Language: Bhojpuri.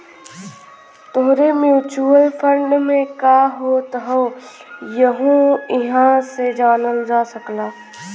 तोहरे म्युचुअल फंड में का होत हौ यहु इहां से जानल जा सकला